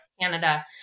Canada